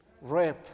rape